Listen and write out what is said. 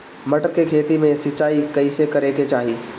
मटर के खेती मे सिचाई कइसे करे के चाही?